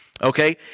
okay